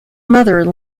mother